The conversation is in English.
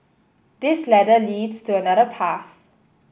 this ladder leads to another path